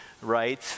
right